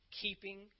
Keeping